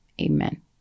amen